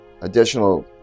additional